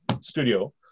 studio